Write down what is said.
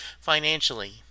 financially